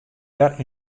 wer